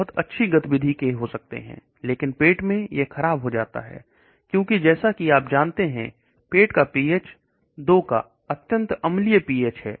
बहुत अच्छी गतिविधि के हो सकते हैं लेकिन पेट में खराब हो जाता है क्योंकि जैसा कि आप जानते हैं पेट का पीएच 2 का अत्यंत अम्लीय पीएच है